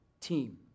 team